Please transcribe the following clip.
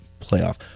playoff